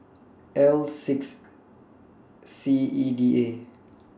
L six C E D A